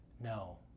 No